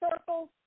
circles